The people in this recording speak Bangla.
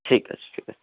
ঠিক আছে ঠিক আছে